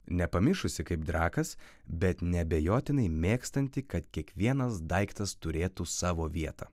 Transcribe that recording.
nepamišusi kaip drakas bet neabejotinai mėgstanti kad kiekvienas daiktas turėtų savo vietą